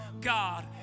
God